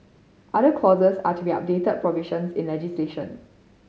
other clauses are to be update provisions in legislation